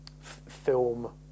film